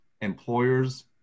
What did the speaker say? employers